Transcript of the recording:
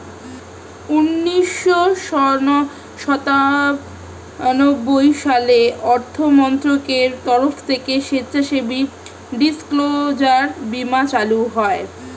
উন্নিশো সাতানব্বই সালে অর্থমন্ত্রকের তরফ থেকে স্বেচ্ছাসেবী ডিসক্লোজার বীমা চালু হয়